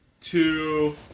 two